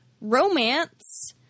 romance